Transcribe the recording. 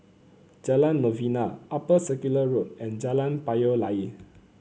Jalan Novena Upper Circular Road and Jalan Payoh Lai